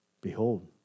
Behold